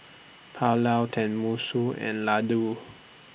Pulao Tenmusu and Ladoo